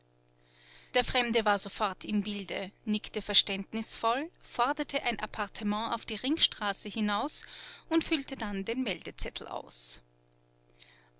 der fremde war sofort im bilde nickte verständnisvoll forderte ein appartement auf die ringstraße hinaus und füllte dann den meldezettel aus